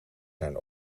zijn